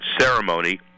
ceremony